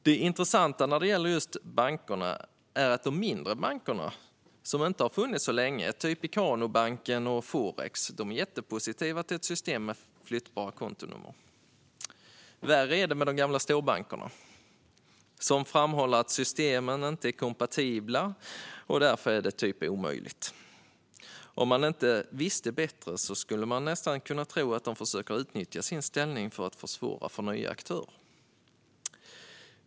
Det intressanta när det gäller just bankerna är att de mindre bankerna, som inte har funnits så länge - typ Ikanobanken och Forex - är jättepositiva till ett system med flyttbara kontonummer. Värre är det med de gamla storbankerna, som framhåller att systemen inte är kompatibla och att det därför är typ omöjligt. Om man inte visste bättre skulle man nästan kunna tro att de försöker utnyttja sin ställning för att försvåra för nya aktörer.